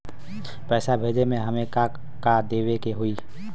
पैसा भेजे में हमे का का देवे के होई?